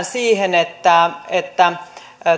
siihen että että